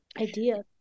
idea